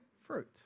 fruit